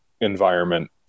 environment